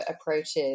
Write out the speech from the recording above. approaches